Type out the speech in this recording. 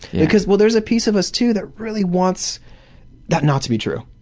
because, well, there is a piece of us too that really wants that not to be true.